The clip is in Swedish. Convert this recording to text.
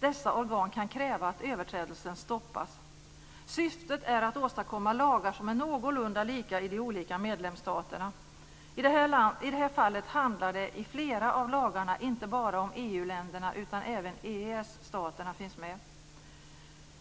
Dessa organ kan kräva att överträdelsen stoppas. Syftet är att åstadkomma lagar som är någorlunda lika i de olika medlemsstaterna. I det här fallet handlar det i flera av lagarna inte bara om EU-länderna utan även EES-staterna finns med.